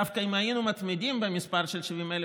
דווקא אם היינו מתמידים במספר של 70,000,